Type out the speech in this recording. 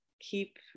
keep